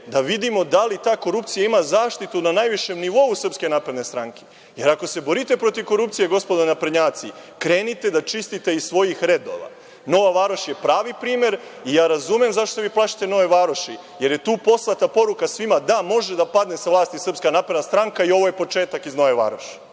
da vidimo da li ta korupcija ima zaštitu na najvišem nivou SNS. Ako se borite protiv korupcije, gospodo naprednjaci, krenite da čistite iz svojih redova. Nova Varoš je pravi primer i razumem zašto se plašite Nove Varoši, jer je tu poslata poruka svima da može da padne sa vlasti SNS i ovo je početak iz Nove Varoši.